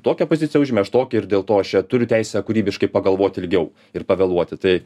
tokią poziciją užimi aš tokią ir dėl to aš čia turiu teisę kūrybiškai pagalvot ilgiau ir pavėluoti tai